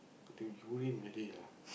they urine already lah